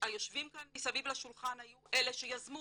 היושבים כאן מסביב לשולחן היו אלה שיזמו